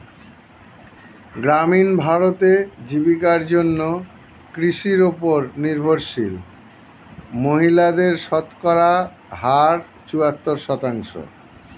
গ্রামীণ ভারতে, জীবিকার জন্য কৃষির উপর নির্ভরশীল মহিলাদের শতকরা হার চুয়াত্তর শতাংশ